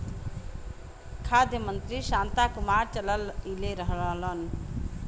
खाद्य मंत्री शांता कुमार चललइले रहलन